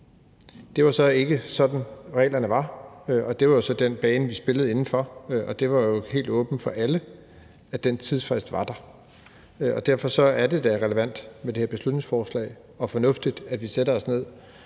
Det var så ikke sådan, reglerne var, og det var også den bane, vi spillede inden for, og det var jo helt åbent for alle, at den tidsfrist var der. Og derfor er det da relevant med det her beslutningsforslag, og det er fornuftigt, at vi sætter os ned